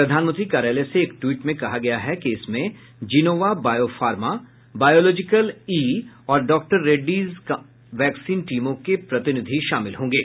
प्रधानमंत्री कार्यालय से एक ट्वीट में कहा गया है कि इसमें जिनोवा वायोफार्मा बायोलॉजिकल ई और डॉक्टर रेड्डी वैक्सीन टीमों के प्रतिनिधि शामिल होंगे